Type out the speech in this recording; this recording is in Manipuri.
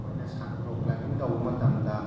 ꯑꯩꯈꯣꯏꯅ ꯔꯣꯛ ꯀ꯭ꯂꯥꯏꯝꯕꯤꯡ ꯇꯧꯕ ꯃꯇꯝꯗ